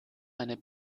eine